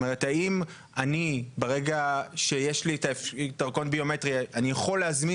האם ברגע שיש לי דרכון ביומטרי אני יכול להזמין